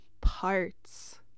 parts